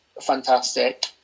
fantastic